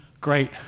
great